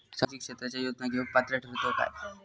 सामाजिक क्षेत्राच्या योजना घेवुक पात्र ठरतव काय?